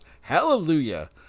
Hallelujah